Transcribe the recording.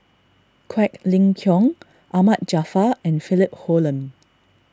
Quek Ling Kiong Ahmad Jaafar and Philip Hoalim